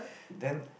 then